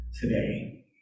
today